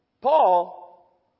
Paul